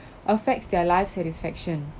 affects their life satisfaction